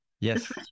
Yes